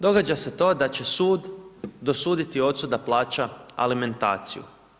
Događa se to da će sud dosuditi ocu da plaća alimentaciju.